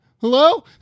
hello